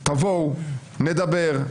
תבואו, נדבר.